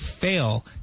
fail